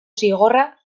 zigorra